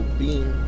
beam